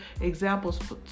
examples